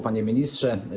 Panie Ministrze!